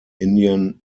indian